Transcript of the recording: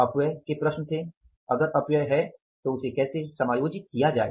अपव्यय की प्रश्न थी अगर अपव्यय है तो उसे कैसे समायोजित किया जाए